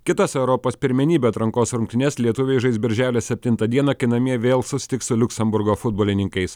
kitas europos pirmenybių atrankos rungtynes lietuviai žais birželio septintą dieną kai namie vėl susitiks su liuksemburgo futbolininkais